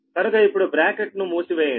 కనుక ఇప్పుడు బ్రాకెట్ ను మూసివేయండి